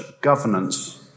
governance